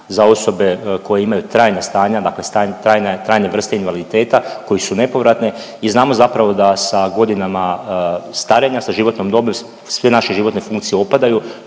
za osobe koja imaju strana stanja, dakle trajne vrste invaliditeta koje su nepovratne i znamo zapravo da sa godinama starenja sa životnom dobi sve naše životne funkcije opadaju,